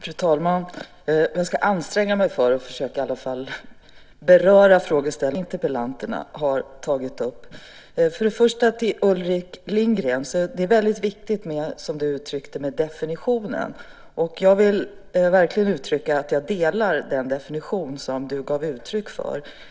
Fru talman! Jag ska anstränga mig att försöka beröra alla interpellanters frågeställningar. För det första vill jag säga till Ulrik Lindgren att det är, som du sade, väldigt viktigt med definitionen. Jag vill verkligen uttrycka att jag delar den definition som du gav uttryck för.